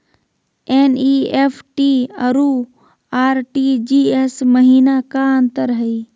NEFT अरु RTGS महिना का अंतर हई?